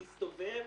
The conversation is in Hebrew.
להסתובב